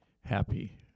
happy